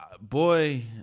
Boy